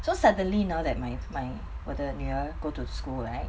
so suddenly now that my my 我的女儿 go to school right